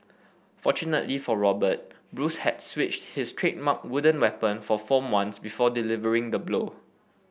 fortunately for Robert Bruce had switched his trademark wooden weapon for foam ones before delivering the blow